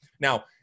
Now